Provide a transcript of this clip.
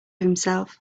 himself